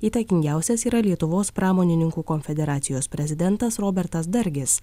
įtakingiausias yra lietuvos pramonininkų konfederacijos prezidentas robertas dargis